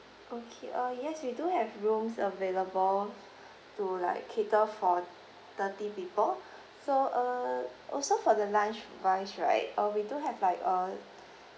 okay uh yes we do have rooms available to like cater for thirty people so uh also for the lunch wise right uh we do have like uh